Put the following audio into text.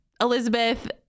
elizabeth